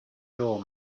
door